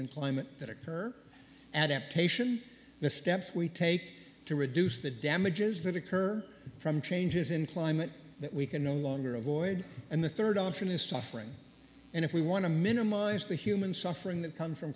in climate that occur adaptation the steps we take to reduce the damages that occur from changes in climate that we can no longer avoid and the third option is suffering and if we want to minimize the human suffering that comes from